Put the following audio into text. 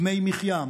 דמי מחיה,